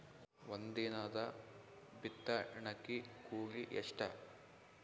ಒಂದಿನದ ಬಿತ್ತಣಕಿ ಕೂಲಿ ಎಷ್ಟ?